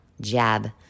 Jab